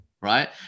right